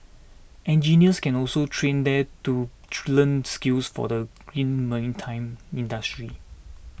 engineers can also train there to learn skills for the green maritime industry